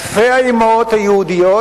אלפי האמהות היהודיות,